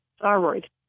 thyroid